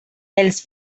els